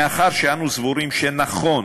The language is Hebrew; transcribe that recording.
מאחר שאנו סבורים שנכון